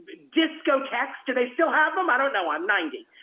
discotheques, do they still have them? i don't know, i'm ninety.